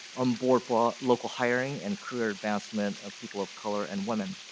on board for local hiring and career advancement of people of color and women.